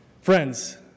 Friends